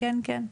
כן, כן.